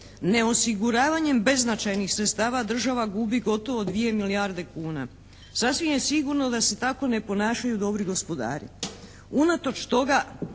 Neosiguravanjem beznačajnih sredstava država gubi gotovo 2 milijarde kuna. Sasvim je sigurno da se tako ne ponašaju dobri gospodari. Unatoč toga